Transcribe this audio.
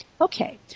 Okay